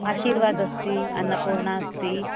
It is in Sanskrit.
आशीर्वाद् अस्ति अन्नपूर्णा अस्ति